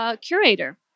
curator